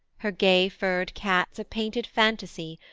her gay-furred cats a painted fantasy,